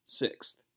sixth